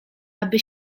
aby